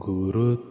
Guru